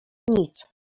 nic